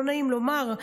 לא נעים לומר,